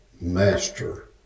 master